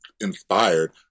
inspired